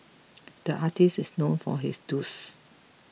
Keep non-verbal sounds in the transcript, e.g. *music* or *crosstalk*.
the artists is known for his *unintelligible*